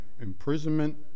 imprisonment